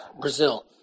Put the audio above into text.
Brazil